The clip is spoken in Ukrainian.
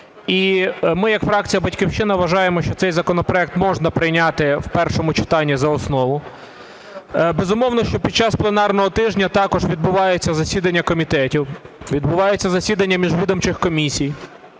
ми як фракція "Батьківщина" вважаємо, що цей законопроект можна прийняти в першому читанні за основу. Безумовно, що під час пленарного тижня також відбуваються засідання комітетів, відбуваються засідання міжвідомчих комісій.